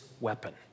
weapon